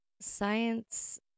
science